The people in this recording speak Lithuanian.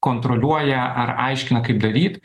kontroliuoja ar aiškina kaip daryt